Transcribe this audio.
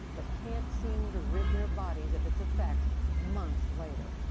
but can't seem to rid their bodies of its effects months later.